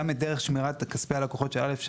גם את דרך שמירת כספי הלקוחות של (א3)